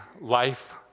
life